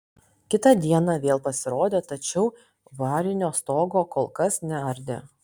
kitą dieną vėl pasirodė tačiau varinio stogo kol kas neardė